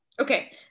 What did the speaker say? Okay